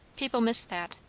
people miss that.